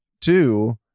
two